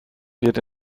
wird